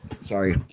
Sorry